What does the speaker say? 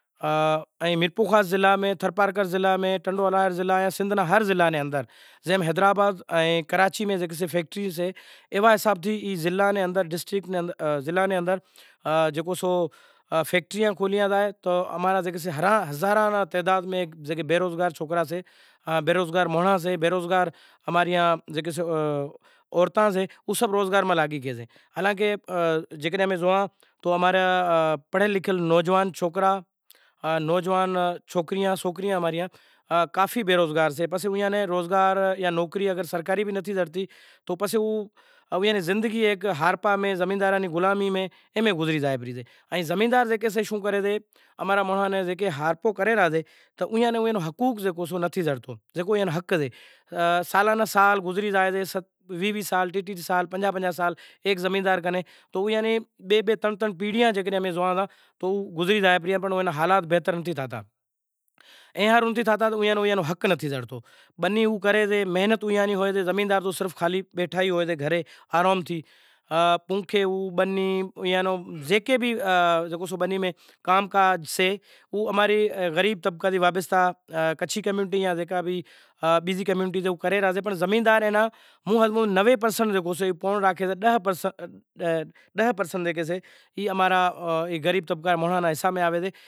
ایئے نی زاوے پسے چیم کہ اتا رے مہانگوئی سئے، بھت رے ودہ میں ودہ ترن دیگیں کھائیسیں پر آگرلاں رو کرایو ستر اسی نوے ہزار روپیا کرایو تھئی زاشے، گریب مانڑاں ویچارا چھاں تے بوجھ کرے، تو اماری کوشش ای لاگل پڑی سئے کہ کھاس کرے امیں تھوڑی تبدیلی آوے چم کہ ہر قوم رے اندر تبدیلی آوے گئی سئے پر اما ری وڈیاری قوم رے اندر تبدیلی نتھی آوتی، تو اما ری کوشش لاگل پڑی سئے کہ تبدیلی جیکو بھی ریت رسم سئہ اینا علاوہ میت تھئی زائیشے میت مطلب کوئی ویچارو گریب سئہ کوئی دفناوے سے کوئی اگن کاٹھ ڈالے، اگن کاٹھ رو مطلب ای سئے ہڑگاوے سے ٹھیک سئہ پسے کوئی ترن داہ میں ودھاڑے کوئی بارہ داہ ودھاڑے جیوو پسے حال سئے اوئی سے ایوا نمونے تے نام رو جیکو بھی سے ساستر ناں گیتا را ارڑنہاں ادھیا سئے جیکو گیتا را ارڑانہں ادھیا سے ای کرے پسے جیکو بھی سئے اینا نام ری دعا مانگاں سیں پرماتما جیکو بھی اے گلتیوں سلطیوں تھیوں اے ناں مافی ڈے چیم کہ ام انساں تو پل پل را گنہگار ساں، جیکو مری زائیشے ایوا نمونے سی دعا مانگا سیں، مٹ مائیٹ نیاںڑیں سیانڑیں دعا مانگیں سیں کہ پرماتما جیکو بھی اے ای گلتی تھی اے ایئے ناں مافی ڈیوے انیں کے سٹھا گھرے اوتار ہالجے۔ اما ری کوشش ای لاگل پڑی اے کہ ام مرنڑاں رو بھی خاشو رواج کاڈھی ہالشو۔